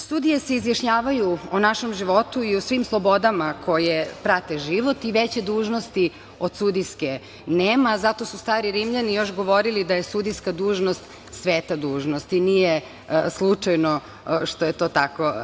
Sudije se izjašnjavaju o našem životu i o svim slobodama koje prate život i veće dužnosti od sudijske nema, zato su stari Rimljani još govorili da je sudijska dužnost sveta dužnost i nije slučajno što je to tako